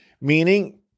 Meaning